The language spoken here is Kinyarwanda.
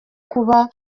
kuba